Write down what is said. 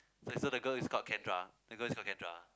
so so the girl is called Kendra the girl's called Kendra